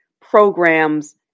programs